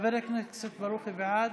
חבר הכנסת ברוכי, בעד,